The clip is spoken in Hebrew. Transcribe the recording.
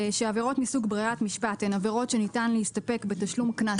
שעבירות מסוג ברירת משפט הן עבירות שניתן להסתפק בתשלום קנס